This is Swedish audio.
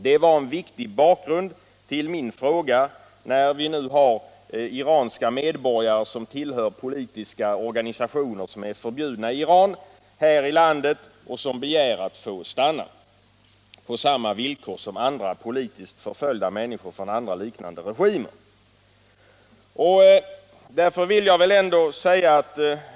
Detta var en viktig bakgrund till min fråga, när vi nu här i landet har iranska medborgare som tillhör politiska organisationer som är förbjudna i Iran och som begär att få stanna på samma villkor som andra politiskt förföljda människor från andra liknande regimer.